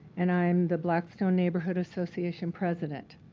and i'm the blackstone neighborhood association president.